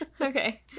Okay